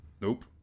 Nope